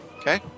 Okay